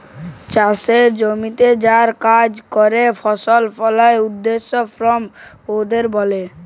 চাষের জমিতে যারা কাজ ক্যরে ফসল ফলায় উয়াদের ফার্ম ওয়ার্কার ব্যলে